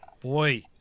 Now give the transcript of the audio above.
boy